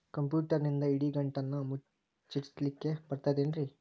ಕಂಪ್ಯೂಟರ್ನಿಂದ್ ಇಡಿಗಂಟನ್ನ ಮುಚ್ಚಸ್ಲಿಕ್ಕೆ ಬರತೈತೇನ್ರೇ?